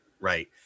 right